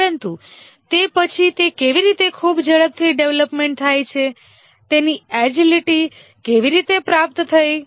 પરંતુ તે પછી તે કેવી રીતે ખૂબ ઝડપથી ડેવલપ થાય છે તેની એજીલીટી કેવી રીતે પ્રાપ્ત થઈ